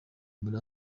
muri